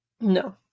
No